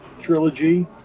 trilogy